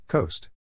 Coast